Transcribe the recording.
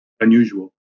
unusual